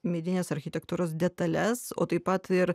medinės architektūros detales o taip pat ir